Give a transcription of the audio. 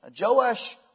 Joash